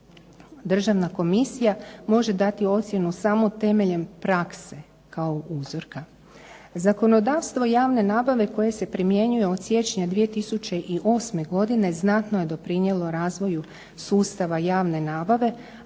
Državna komisija može dati ocjenu samo temeljem prakse kao uzorka. Zakonodavstvo javne nabave koje se primjenjuje od siječnja 2008. godine znatno je doprinijelo razvoju sustava javne nabave,